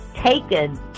taken